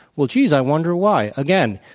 well geez, i wonder why, again.